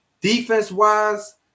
Defense-wise